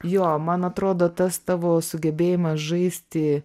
jo man atrodo tas tavo sugebėjimas žaisti